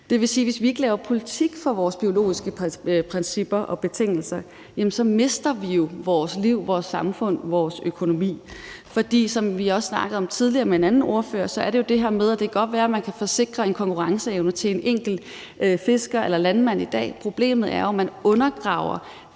det vil jo sige, at vi, hvis vi ikke laver en politik for vores biologiske principper og betingelser, så mister vores liv, vores samfund og vores økonomi. For som vi også snakkede om tidligere med en anden ordfører, kan det godt kan være, at man kan få sikret en konkurrenceevne til en enkelt fisker eller landmand i dag, men problemet er jo, at man undergraver